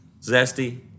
Zesty